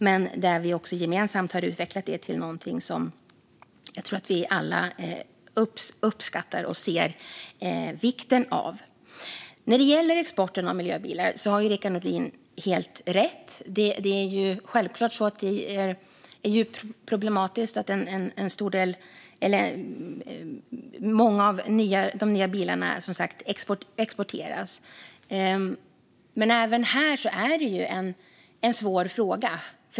Men vi har gemensamt utvecklat detta till någonting som jag tror att vi alla uppskattar och ser vikten av. När det gäller exporten av miljöbilar har Rickard Nordin helt rätt i att det självklart är djupt problematiskt att många av de nya bilarna exporteras. Men detta är en svår fråga.